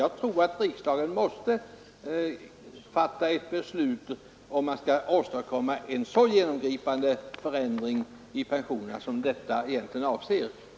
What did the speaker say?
Jag tror att ett beslut måste fattas av riksdagen om man skall kunna åstadkomma en så genomgripande förändring i pensionshänseende som förslaget egentligen avser.